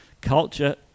culture